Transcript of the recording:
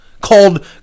called